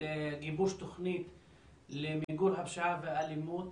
לגיבוש תוכנית למיגור הפשיעה והאלימות